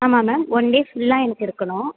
ஆமாம் ma'am one day ஃபுல்லாக எனக்கு இருக்கணும்